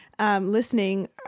Listening